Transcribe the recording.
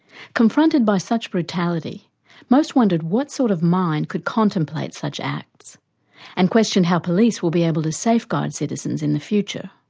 confronted by such brutality most wondered what sort of mind could contemplate such acts and questioned how police will be able to safeguard citizens in the future.